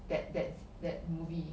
that that that movie